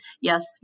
yes